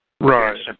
Right